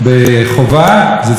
ומדינת ישראל.